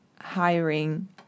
hiring